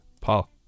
Paul